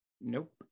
Nope